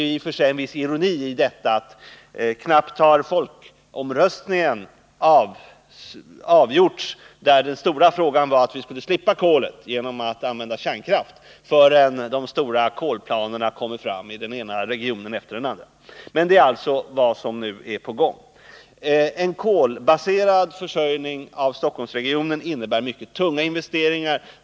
Knappt har folkomröstningen — där det stora argumentet för kärnkraften var att vi skulle slippa kolet — avgjorts till kärnkraftens förmån förrän de stora kolplanerna kommer fram i den ena regionen efter den andra! Det är alltså vad som nu är på gång. En kolbaserad energiförsörjning av Stockholmsregionen innebär mycket tunga investeringar.